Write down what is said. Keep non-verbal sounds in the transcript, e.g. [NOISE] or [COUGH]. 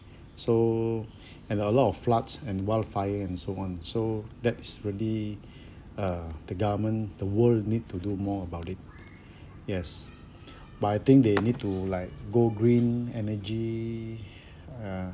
[BREATH] so [BREATH] and a lot of floods and wildfires and so on so that is really [BREATH] uh the government the world need to do more about it [BREATH] yes [BREATH] but I think they need to like go green energy [BREATH] uh